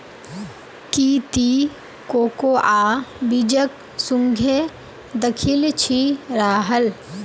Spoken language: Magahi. की ती कोकोआ बीजक सुंघे दखिल छि राहल